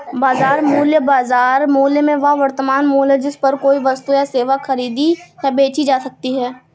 बाजार मूल्य, बाजार मूल्य में वह वर्तमान मूल्य है जिस पर कोई वस्तु या सेवा खरीदी या बेची जा सकती है